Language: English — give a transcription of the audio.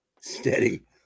Steady